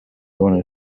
gonna